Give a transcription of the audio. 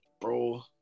bro